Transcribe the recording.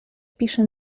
pisze